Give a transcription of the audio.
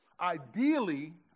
Ideally